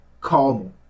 Carmel